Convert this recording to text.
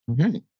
Okay